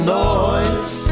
noise